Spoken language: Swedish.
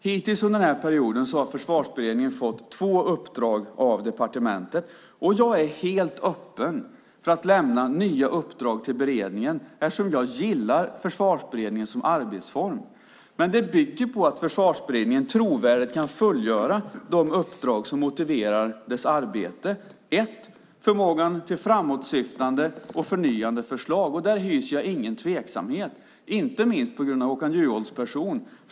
Hittills under perioden har Försvarsberedningen fått två uppdrag av departementet. Jag är helt öppen för att lämna nya uppdrag till beredningen eftersom jag gillar Försvarsberedningen som arbetsform. Men det bygger på att Försvarsberedningen trovärdigt kan fullgöra de uppdrag som motiverar dess arbete. För det första förmågan till framåtsyftande och förnyande förslag. Där hyser jag ingen tveksamhet, inte minst på grund av Håkan Juholts person.